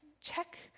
Check